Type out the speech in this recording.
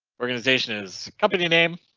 organization is company name.